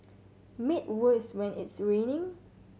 made worse when it's raining